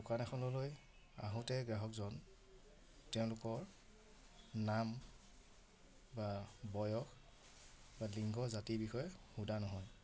দোকান এখনলৈ আহোঁতে গ্ৰাহকজন তেওঁলোকৰ নাম বা বয়স বা লিংগ জাতিৰ বিষয়ে সোধা নহয়